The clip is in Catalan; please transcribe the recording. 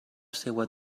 seua